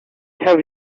have